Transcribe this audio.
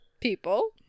people